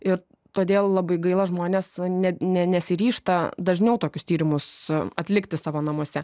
ir todėl labai gaila žmonės ne ne nesiryžta dažniau tokius tyrimus atlikti savo namuose